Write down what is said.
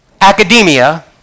academia